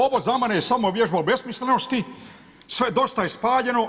Ovo za mene je samo vježba besmislenosti, sve dosta je spaljeno.